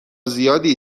زیادی